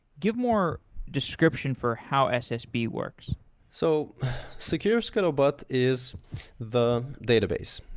give more description for how ssb works so secure scuttlebutt is the database.